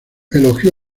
elogió